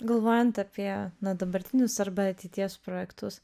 galvojant apie na dabartinius arba ateities projektus